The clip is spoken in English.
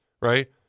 Right